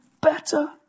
better